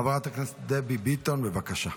חברת הכנסת דבי ביטון, בבקשה.